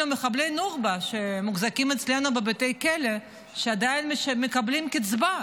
מחבלי נוח'בה שמוחזקים אצלנו בבתי כלא שעדיין מקבלים קצבה.